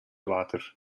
water